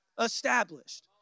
established